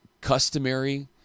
customary